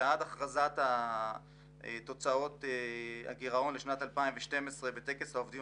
וכלה בהכרזת תוצאות הגירעון לשנת 2012 בטקס העובדים